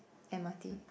M_R_T